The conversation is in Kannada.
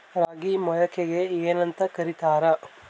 ರಾಗಿ ಮೊಳಕೆಗೆ ಏನ್ಯಾಂತ ಕರಿತಾರ?